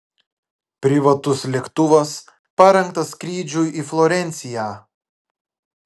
privatus lėktuvas parengtas skrydžiui į florenciją